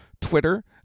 Twitter